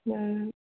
ಹಾಂ